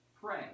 pray